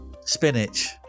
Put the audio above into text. spinach